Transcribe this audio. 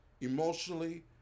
emotionally